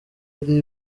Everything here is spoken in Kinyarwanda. ari